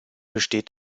besteht